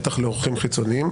בטח לאורחים חיצוניים,